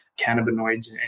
cannabinoids